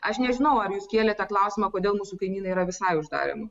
aš nežinau ar jūs kėlė tą klausimą kodėl mūsų kaimynai yra visai uždarę